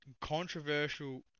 controversial